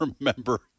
remember